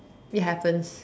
it happens